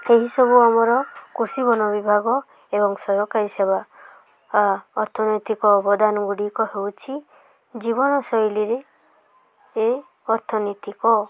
ଏହିସବୁ ଆମର କୃଷି ବନ ବିଭାଗ ଏବଂ ସରକାରୀ ସେବା ଅର୍ଥନୈତିକ ଅବଦାନ ଗୁଡ଼ିକ ହେଉଛି ଜୀବନଶୈଳୀରେ ଏ ଅର୍ଥନୀତିକ